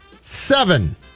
Seven